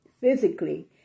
physically